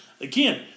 Again